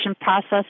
process